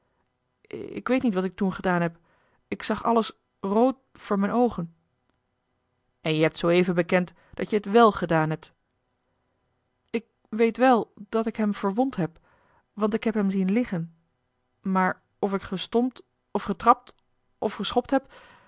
ik weet niet wat ik toen gedaan heb ik zag alles rood voor mijne oogen en je hebt zooeven bekend dat je het wèl gedaan hebt ik weet wel dat ik hem verwond heb want ik heb hem zien liggen maar of ik gestompt of getrapt of geschopt heb